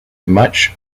much